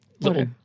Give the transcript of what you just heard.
little